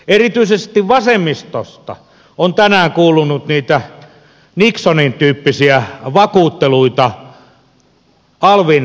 erityisesti vasemmistosta on tänään kuulunut niitä nixonin tyyppisiä vakuutteluita alvin korottelun ympärillä